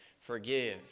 forgive